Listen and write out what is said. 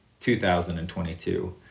2022